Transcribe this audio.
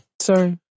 sorry